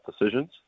decisions